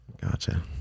Gotcha